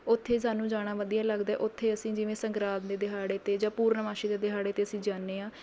ਉੱਥੇ ਸਾਨੂੰ ਜਾਣਾ ਵਧੀਆ ਲੱਗਦਾ ਉੱਥੇ ਅਸੀਂ ਜਿਵੇਂ ਸੰਗਰਾਂਦ ਦੇ ਦਿਹਾੜੇ 'ਤੇ ਜਾਂ ਪੂਰਨਮਾਸ਼ੀ ਦੇ ਦਿਹਾੜੇ 'ਤੇ ਅਸੀਂ ਜਾਨੇ ਆ